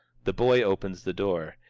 the boy opens the door.